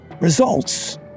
results